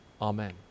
Amen